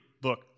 book